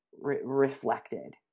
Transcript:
reflected